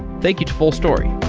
thank you to fullstory